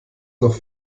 noch